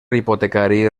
hipotecari